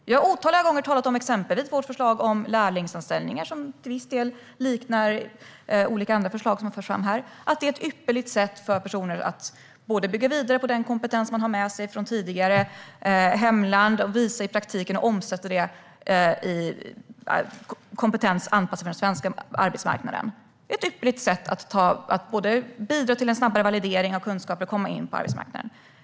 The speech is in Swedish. Vi har otaliga gånger talat om exempelvis vårt förslag om lärlingsanställningar, som till viss del liknar olika andra förslag som har förts fram här. Det är ett ypperligt sätt för personer att bygga vidare på den kompetens de har med sig från tidigare hemland, visa det i praktiken och omsätta det i kompetens anpassad för den svenska arbetsmarknaden. Det är ett ypperligt sätt att både bidra till en snabbare validering av kunskaper och komma in på arbetsmarknaden.